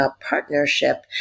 partnership